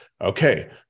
okay